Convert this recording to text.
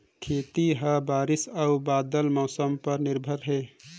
खेती ह बारिश अऊ बदलत मौसम पर निर्भर हे